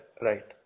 Right